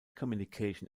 communication